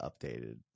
updated